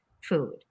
food